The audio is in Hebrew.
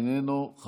איננו,